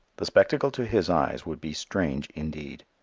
the spectacle to his eyes would be strange indeed.